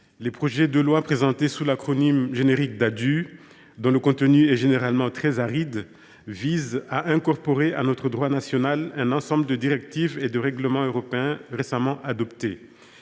les projets de loi présentés sous l’acronyme générique Ddadue, dont le contenu est généralement très aride, visent à incorporer à notre droit national un ensemble de directives et de règlements européens récemment adoptés.